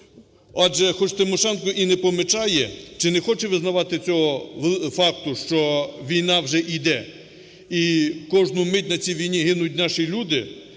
Адже хоч Тимошенко і не помічає чи не хоче визнавати цього факту, що війна вже йде, і кожну мить на цій війні гинуть наші люди,